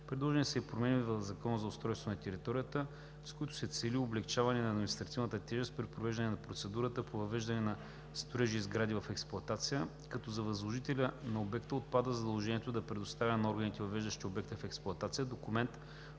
Предложени са и промени в Закона за устройство на територията, с които се цели облекчаване на административната тежест при провеждане на процедурата по въвеждане на строежи и сгради в експлоатация, като за възложителя на обекта отпада задължението да предоставя на органите, въвеждащи обектите в експлоатация, документ,